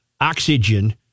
oxygen